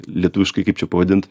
lietuviškai kaip čia pavadint